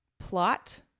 Plot